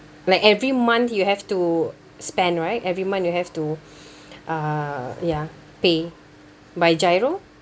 like every month you have to spend right every month you have to uh ya pay by GIRO